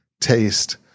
taste